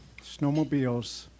snowmobiles